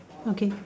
okay